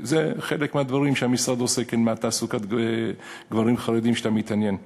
זה חלק מהדברים שהמשרד עושה למען תעסוקת גברים חרדים שאתה מתעניין בה.